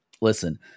listen